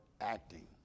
acting